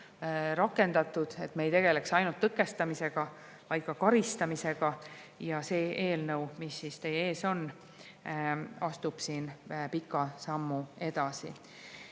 rakendatud, et me ei tegeleks ainult tõkestamisega, vaid ka karistamisega. Ja see eelnõu, mis teie ees on, astub selleks pika sammu edasi.